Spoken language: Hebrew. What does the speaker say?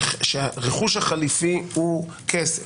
כשהרכוש החליפי הוא כסף,